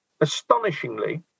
astonishingly